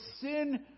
sin